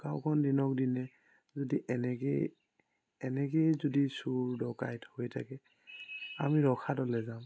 গাওঁখন দিনক দিনে যদি এনেকৈয়ে এনেকৈয়ে যদি চুৰ ডকাইত হৈ থাকে আমি ৰসাতলে যাম